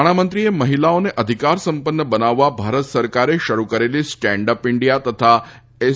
નાણામંત્રીએ મહિલાઓને અધિકાર સંપન્ન બનાવવા ભારત સરકારે શરૂ કરેલી સ્ટેન્ડ અપ ઈન્ડિયા તથા એસ